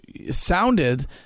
sounded